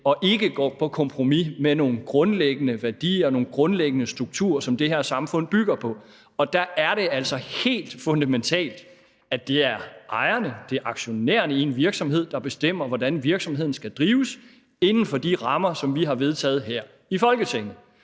og ikke går på kompromis med nogle grundlæggende værdier og strukturer, som det her samfund bygger på. Og der er det altså helt fundamentalt, at det er ejerne, aktionærerne i en virksomhed, der bestemmer, hvordan virksomheden skal drives inden for de rammer, som vi har vedtaget her i Folketinget.